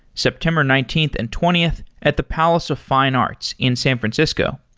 september nineteenth and twentieth at the palace of fine arts in san francisco.